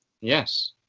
Yes